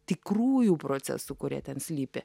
tikrųjų procesų kurie ten slypi